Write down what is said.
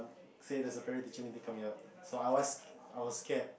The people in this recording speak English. say there's a parent teacher meeting coming up so I was I was scared